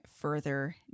further